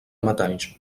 metalls